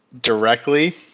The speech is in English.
directly